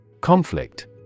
Conflict